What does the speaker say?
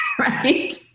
right